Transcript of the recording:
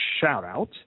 shout-out